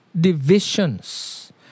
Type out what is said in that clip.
divisions